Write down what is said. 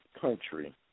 country